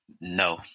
No